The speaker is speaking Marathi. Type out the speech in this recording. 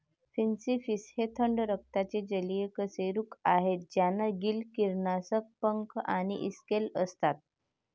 फिनफिश हे थंड रक्ताचे जलीय कशेरुक आहेत ज्यांना गिल किरणांसह पंख आणि स्केल असतात